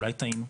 אולי טעינו,